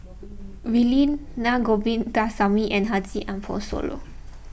Wee Lin Na Govindasamy and Haji Ambo Sooloh